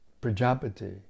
Prajapati